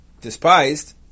despised